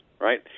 right